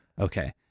Okay